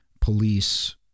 police